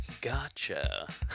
Gotcha